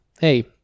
hey